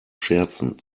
scherzen